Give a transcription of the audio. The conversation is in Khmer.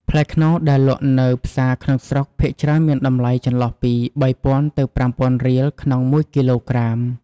ផ្លែខ្នុរដែលលក់នៅផ្សារក្នុងស្រុក ភាគច្រើនមានតម្លៃចន្លោះពី ៣០០០ ទៅ ៥០០០ រៀលក្នុងមួយគីឡូក្រាម។